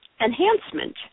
enhancement